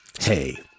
Hey